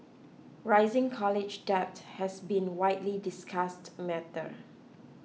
rising college debt has been a widely discussed matter